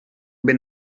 ben